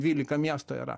dvylika miestų yra